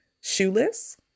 shoeless